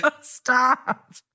Stop